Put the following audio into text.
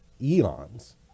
eons